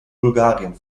bulgarien